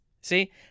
See